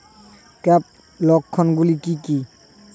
Scab লক্ষণ গুলো কি কি?